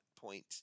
point